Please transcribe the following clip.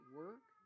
work